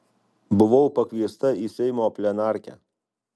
buvau pakviesta į seimo plenarkę